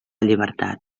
llibertat